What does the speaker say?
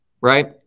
right